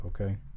okay